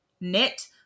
knit